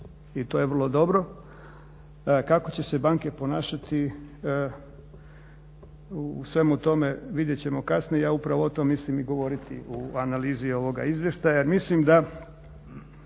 i to je vrlo dobro. Kako će se banke ponašati u svemu tome vidjet ćemo kasnije. Ja upravo o tome mislim i govoriti u analizi ovoga izvještaja, jer mislim da